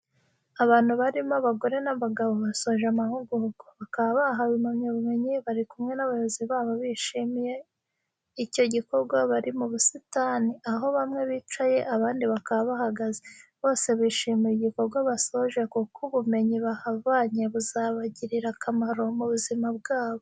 Abantu barimo abagore n'abagabo basoje amahugurwa, bakaba bahawe impamyabumenyi bari kumwe n'abayobozi babo bishimiye icyo gikorwa bari mu busitani, aho bamwe bicaye abandi bakaba bahagaze bose bishimira igikorwa basoje kuko ubumenyi bahavanye buzabagirira akamaro mu buzima bwabo.